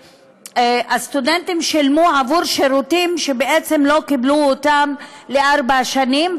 שהסטודנטים שילמו עבור שירותים שבעצם לא קיבלו אותם ארבע שנים,